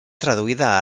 traduïda